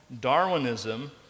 Darwinism